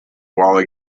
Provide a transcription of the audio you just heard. while